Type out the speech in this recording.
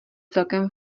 celkem